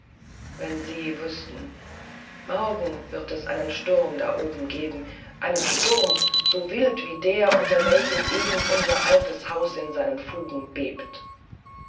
wenn sie wüßten morgen wird es einen sturm da oben geben einen sturm so wild wie der unter welchem eben unser altes haus in seinen fugen bebt